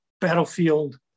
battlefield